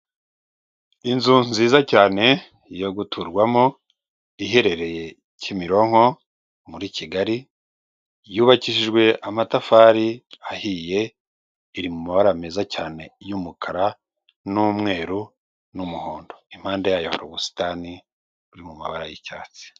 Inzu nziza cyane yo guturwamo iherereye Kimironko muri Kigali, yubakishijwe amatafari ahiye, iri mu mabara meza cyane y'umukara n'umweru n'umuhondo, impande yayo hari ubusitani buri mu mabara y'icyatsi.